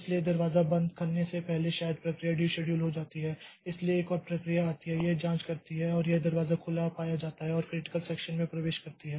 इसलिए दरवाजा बंद करने से पहले शायद प्रक्रिया डीशेड्यूल हो जाती है इसलिए एक और प्रक्रिया आती है यह जांच करती है और यह दरवाजा खुला पाया जाता है और क्रिटिकल सेक्षन में प्रवेश करती है